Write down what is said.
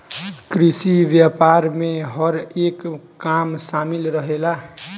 कृषि व्यापार में हर एक काम शामिल रहेला